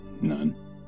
none